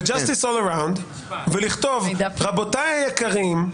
ב-Justice all around, לכתוב: רבותיי היקרים,